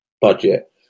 budget